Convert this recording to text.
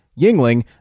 Yingling